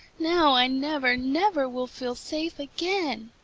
now, i never, never will feel safe again!